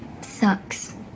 sucks